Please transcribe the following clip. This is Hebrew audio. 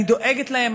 אני דואגת להם,